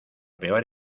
peor